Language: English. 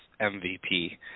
MVP